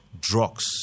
drugs